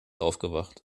aufgewacht